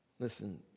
Listen